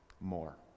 more